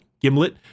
gimlet